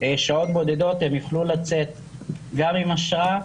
שעות בודדות הם יוכלו לצאת גם עם אשרה,